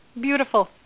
beautiful